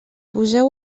poseu